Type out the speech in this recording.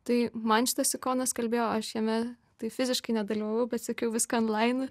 tai man šitas sikonas kalbėjo aš jame tai fiziškai nedalyvavau bet sekiau viską onlainu